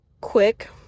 quick